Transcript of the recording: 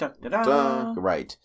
Right